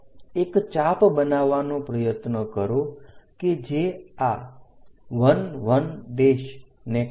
એક ચાપ બનાવવાનો પ્રયત્ન કરો કે જે આ 1 1 ને કાપે